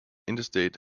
interstate